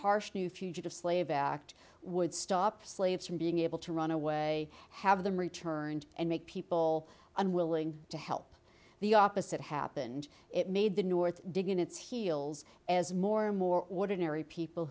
harsh new fugitive slave act would stop slaves from being able to run away have them returned and make people unwilling to help the opposite happened it made the north dig in its heels as more and more ordinary people